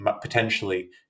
potentially